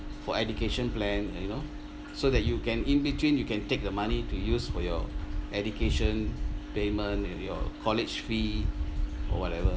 for education plan and you know so that you can in between you can take the money to use for your education payment and your college fee or whatever